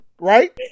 right